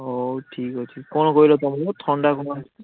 ହଉ ଠିକ୍ଅଛି କ'ଣ କହିଲ ତୁମକୁ ଥଣ୍ଡା କ'ଣ ହେଇଛି